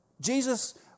Jesus